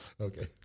Okay